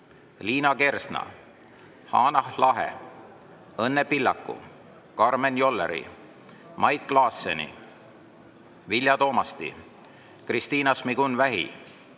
Liina Kersna, Hanah Lahe, Õnne Pillaku, Karmen Jolleri, Mait Klaasseni, Vilja Toomasti, Kristina Šmigun-Vähi,